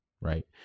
right